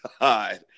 god